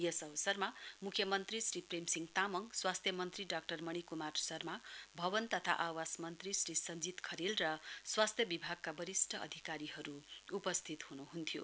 यस अवसरमा म्ख्यमन्त्री श्री प्रेम सिंह तामाङ स्वास्थ्य मन्त्री डाक्टर मणिक्मार शर्मा भवन तथा आवास मन्त्री श्री सञ्जीत खरेल र स्वास्थ्य विभागका वरिष्ट अधिकारीहरू उपस्थित हनुहन्थ्यो